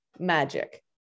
magic